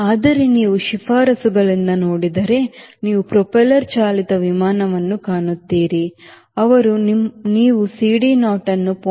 ಆದರೆ ನೀವು ಶಿಫಾರಸುಗಳಿಂದ ನೋಡಿದರೆ ನೀವು ಪ್ರೊಪೆಲ್ಲರ್ ಚಾಲಿತ ವಿಮಾನವನ್ನು ಕಾಣುತ್ತೀರಿ ಅವರು ನೀವು CDo ಯನ್ನು 0